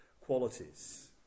qualities